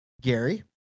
Gary